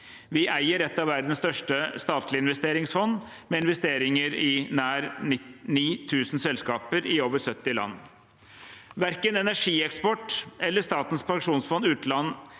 Vi eier et av verdens største statlige investeringsfond med investeringer i nær 9 000 selskaper i over 70 land. Verken energieksport eller Statens pensjonsfond utland